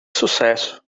sucesso